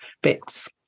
bits